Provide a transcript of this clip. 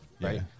Right